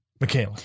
Michaela